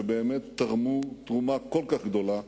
שבאמת תרמו תרומה כל כך גדולה